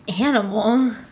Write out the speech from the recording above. Animal